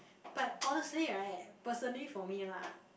but honestly right personally for me lah